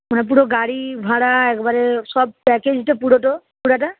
মানে পুরো গাড়ি ভাড়া একবারে সব প্যাকেজটা পুরোটো পুরোটা